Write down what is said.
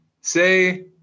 Say